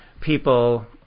people